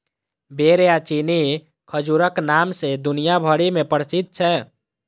बेर या चीनी खजूरक नाम सं दुनिया भरि मे प्रसिद्ध छै